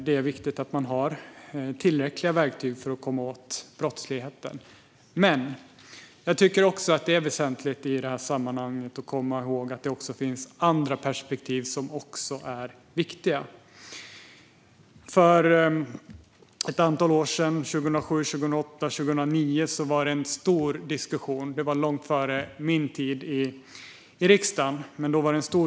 Det är viktigt att de har tillräckliga verktyg för att komma åt brottsligheten. Men det är väsentligt att i det här sammanhanget komma ihåg att finns andra perspektiv som också är viktiga. För ett antal år sedan - 2007, 2008 och 2009 - var det en stor diskussion. Det var långt före min tid i riksdagen.